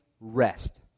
rest